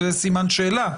שזה סימן שאלה,